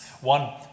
One